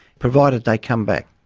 provided they come back.